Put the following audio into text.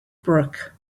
brook